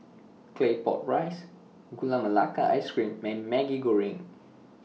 Claypot Rice Gula Melaka Ice Cream Man Maggi Goreng